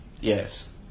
Yes